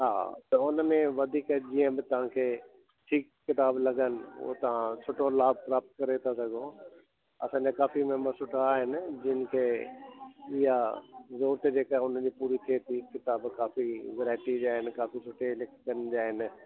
हा त हुनमें वधीक जीअं बि तव्हांखे ठीकु किताब लगनि उहो तव्हां सुठो लाप तलाप करे था सघो असांजे काफी मेंबर सुठा आहिनि जिनखे इहा रोट जेका हुनजी पूरी केतिरी किताब कापी वैरायटी जा आहिनि काफी सुठे लिस्टन जा आहिनि